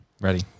Ready